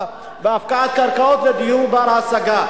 בהפקעת קרקעות ודיור בר-השגה.